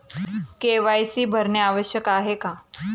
KYC भरणे आवश्यक आहे का?